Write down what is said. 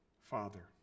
Father